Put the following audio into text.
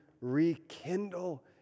rekindle